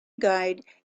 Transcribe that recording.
guide